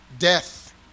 death